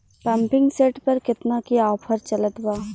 Pumping set पर केतना के ऑफर चलत बा?